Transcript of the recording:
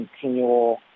continual